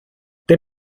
they